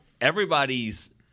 everybody's